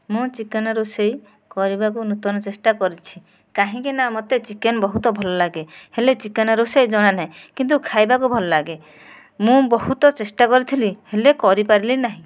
ମୁଁ ଚିକେନ ରୋଷେଇ କରିବାକୁ ନୂତନ ଚେଷ୍ଟା କରିଛି କାହିଁକି ନା ମୋତେ ଚିକେନ ବହୁତ ଭଲ ଲାଗେ ହେଲେ ଚିକେନ ରୋଷେଇ ଜଣାନାହିଁ କିନ୍ତୁ ଖାଇବାକୁ ଭଲ ଲାଗେ ମୁଁ ବହୁତ ଚେଷ୍ଟା କରିଥିଲି ହେଲେ କରିପାରିଲି ନାହିଁ